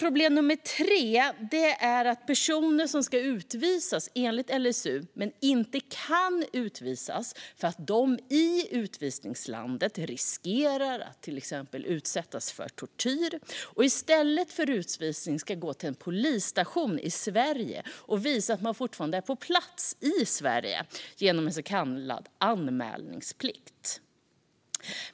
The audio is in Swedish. Problem nr 3 är personer som ska utvisas enligt LSU men inte kan utvisas för att de i utvisningslandet riskerar att till exempel utsättas för tortyr. I stället för utvisning ska de gå till en polisstation och visa att de fortfarande är på plats i Sverige genom så kallad anmälningsplikt.